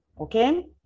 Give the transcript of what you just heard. okay